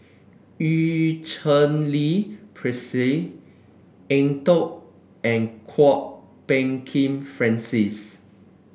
Eu Cheng Li Eng Tow and Kwok Peng Kin Francis